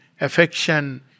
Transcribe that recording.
affection